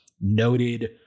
noted